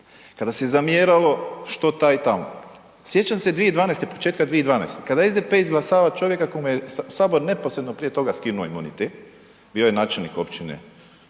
Kada se zamjeralo što taj i tamo. Sjećam se 2012., početka 2012. kada SDP izglasava čovjeka kojem je Sabor neposredno prije toga skinuo imunitet, bio je načelnik općine,